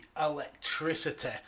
electricity